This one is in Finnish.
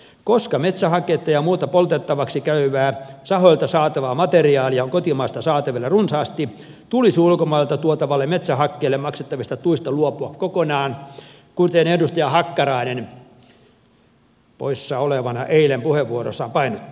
koska metsähaketta ja muuta poltettavaksi käyvää sahoilta saatavaa materiaalia on kotimaasta saatavana runsaasti tulisi ulkomailta tuotavalle metsähakkeelle maksettavista tuista luopua kokonaan kuten edustaja hakkarainen poissa olevana eilen puheenvuorossaan painotti